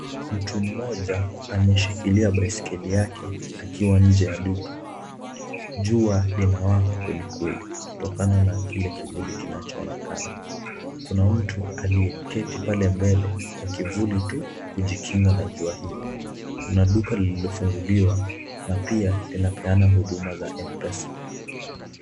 Mtu mmoja ameshikilia baiskeli yake akiwa nje ya duka. Jua linawaka kwelikweli kutokana na kile kivuli kinachoonekana. Kuna mtu aliyeketi pale mbele kwa kivuli tu kujikinga na jua hiyo. Kuna duka lililofunguliwa na pia linapeana huduma za M-Pesa.